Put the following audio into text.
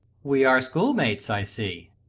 we are schoolmates, i see,